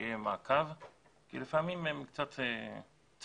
שיהיה מעקב כי לפעמים הם קצת דורסניים.